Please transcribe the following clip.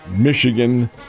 Michigan